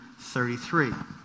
33